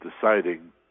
deciding